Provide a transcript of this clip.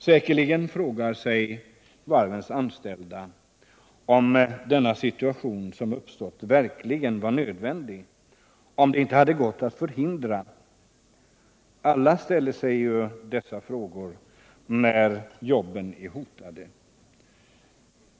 Säkerligen frågar sig varvens anställda om det verkligen var nödvändigt att denna situation skulle uppstå — om det inte hade varit möjligt att förhindra att den uppkom. Alla ställer ju dessa frågor när jobben är hotade.